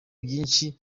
byinshi